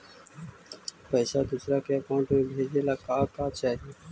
पैसा दूसरा के अकाउंट में भेजे ला का का चाही?